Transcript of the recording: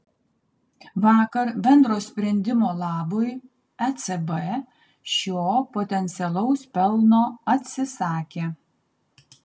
vakar bendro sprendimo labui ecb šio potencialaus pelno atsisakė